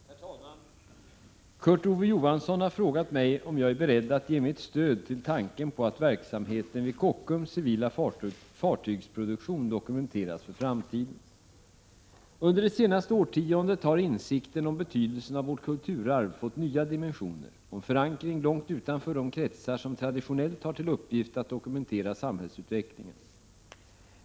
Herr talman! Kurt Ove Johansson har frågat mig om jag är beredd att ge mitt stöd till tanken på att verksamheten vid Kockums civila fartygsproduktion dokumenteras för framtiden. Under det senaste årtiondet har insikten om betydelsen av vårt kulturarv fått nya dimensioner och en förankring långt utanför de kretsar som traditionellt har till uppgift att dokumentera samhällsutvecklingen.